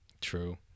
True